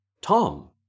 Tom